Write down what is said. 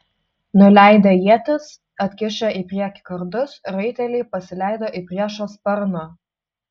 nuleidę ietis atkišę į priekį kardus raiteliai pasileido į priešo sparną